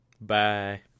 Bye